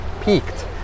peaked